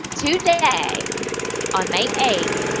today, on may eighth,